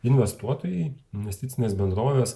investuotojai investicinės bendrovės